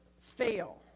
fail